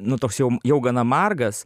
nu toks jau jau gana margas